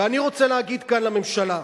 ואני רוצה להגיד כאן לממשלה,